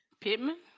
Pittman